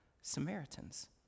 Samaritans